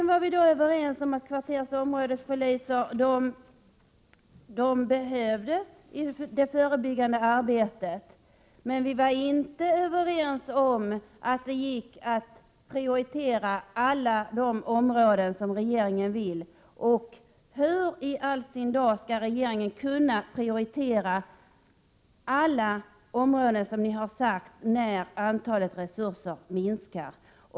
Vi var vidare överens om att kvartersoch områdespoliser behövs i det förebyggande arbetet, men vi var inte överens om att det skulle vara möjligt att prioritera alla de områden som regeringen vill prioritera. Hur i all sin dar skall regeringen kunna prioritera alla dessa områden samtidigt som resurserna minskas?